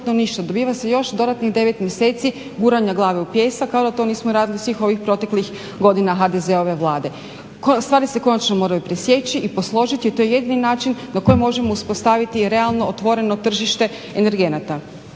dobiva se još dodanih 9 mjeseci guranja glave u pijesak kao da to nismo radili svih ovih proteklih godina HDZ-ove vlade. Stvari se konačno moraju presjeći i posložiti jer to je jedini način na koji možemo uspostaviti realno otvoreno tržište energenata.